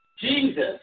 Jesus